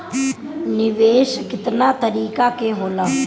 निवेस केतना तरीका के होला?